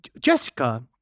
jessica